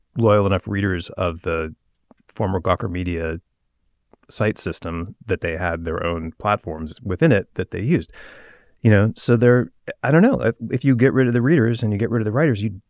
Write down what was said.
loyal enough readers of the former gawker media site system that they had their own platforms within it that they used you know. so there i don't know if you get rid of the readers and you get rid of the writers. you